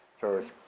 so it's